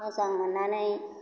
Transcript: मोजां मोननानै